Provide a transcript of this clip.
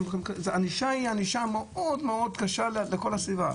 הענישה היא ענישה מאוד קשה לכל הסביבה.